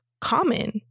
common